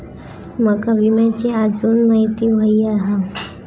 माका विम्याची आजून माहिती व्हयी हा?